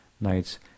nights